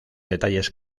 detalles